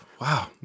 wow